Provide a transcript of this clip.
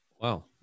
Wow